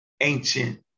ancient